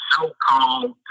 so-called